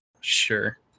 sure